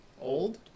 Old